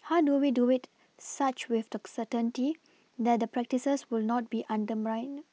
how do we do wit such with the certainty that the practices will not be undermined